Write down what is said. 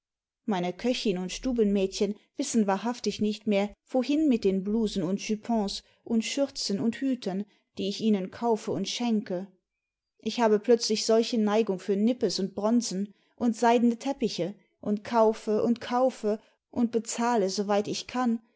meine köchin und stubenmädchen wissen wahrhaftig nicht mehr wohin mit den blusen und jupons und schürzen und hüten die ich ihnen kaufe und schenke und habe plötzlich solche neigung für nippes und bronzen und seidene teppiche nnd kaufe und kaufe imd bezahle soweit ich kann